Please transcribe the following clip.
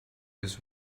this